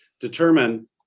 determine